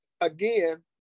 again